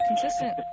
consistent